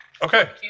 Okay